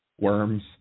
worms